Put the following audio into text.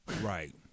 Right